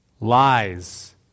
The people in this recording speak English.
Lies